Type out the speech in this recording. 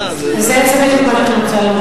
המע"מ שהוא מוציא.